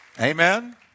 Amen